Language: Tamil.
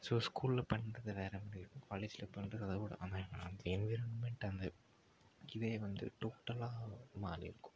ஸோ ஸ்கூலில் பண்ணுறது வேற மாரி இருக்கும் காலேஜில் பண்ணுறது அதோட கம்பேர் பண்ணோம்னா என்விரான்மெண்ட் அந்த இதே வந்து டோட்டலாக மாறிருக்கும்